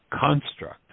construct